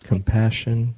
Compassion